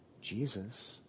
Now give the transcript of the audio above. Jesus